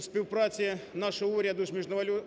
співпраці нашого уряду з